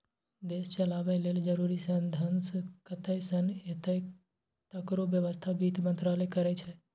देश चलाबय लेल जरुरी साधंश कतय सँ एतय तकरो बेबस्था बित्त मंत्रालय करै छै